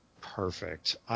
perfect